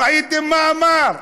ראיתם מה אמר?